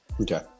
Okay